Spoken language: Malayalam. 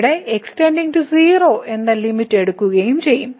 ഇവിടെ x → 0 എന്ന ലിമിറ്റ് എടുക്കുകയും ചെയ്യും